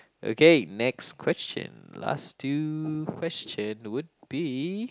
okay next question last two question would be